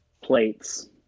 plates